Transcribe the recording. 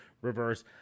reverse